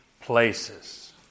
places